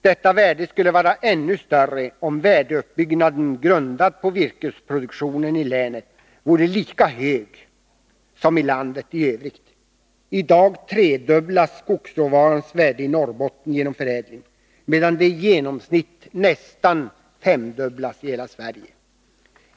Detta värde skulle vara ännu större om värdeuppbyggnaden grundad på virkesproduktionen i länet vore lika hög som i landet i övrigt. I dag tredubblas skogsråvarans värde i Norrbotten genom förädling, medan det i genomsnitt nästan femdubblas i hela Sverige.